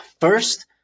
first